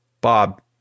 Bob